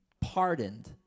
pardoned